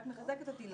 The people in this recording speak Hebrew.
את רק מחזקת אותי.